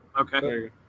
Okay